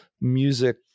music